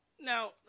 Now